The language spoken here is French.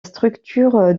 structure